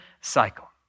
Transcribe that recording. cycle